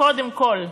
קודם כול.